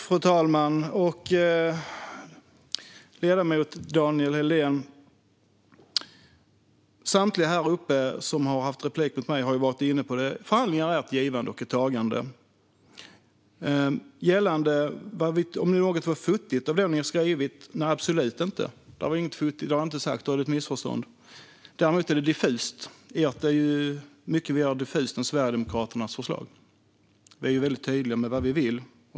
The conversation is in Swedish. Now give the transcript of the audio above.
Fru talman och ledamoten Daniel Helldén! Samtliga som har haft replik mot mig har varit inne på att förhandlingar är ett givande och ett tagande. Gällande om förslaget som ni har skrivit var futtigt eller inte vill jag säga: Absolut inte. Det har jag inte sagt. Det är ett missförstånd. Däremot är det diffust. Ert förslag är mycket mer diffust än Sverigedemokraternas förslag. Vi är ju väldigt tydliga med vad vi vill.